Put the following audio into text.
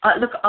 look